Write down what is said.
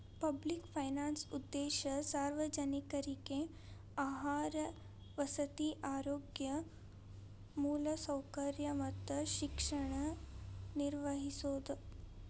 public finance ಉದ್ದೇಶ ಸಾರ್ವಜನಿಕ್ರಿಗೆ ಆಹಾರ ವಸತಿ ಆರೋಗ್ಯ ಮೂಲಸೌಕರ್ಯ ಮತ್ತ ಶಿಕ್ಷಣ ನಿರ್ವಹಿಸೋದ